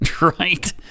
Right